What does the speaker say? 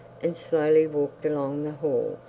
and slowly walked along the hall,